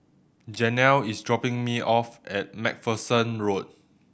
Janel is dropping me off at Macpherson Road